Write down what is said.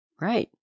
Right